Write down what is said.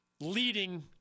leading